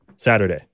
Saturday